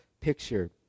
picture